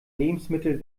lebensmittel